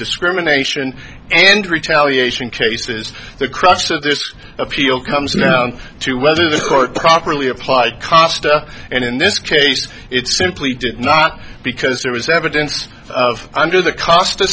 discrimination and retaliation case is the crux of this appeal comes down to whether the court properly applied and in this case it simply did not because there was evidence of under the cost a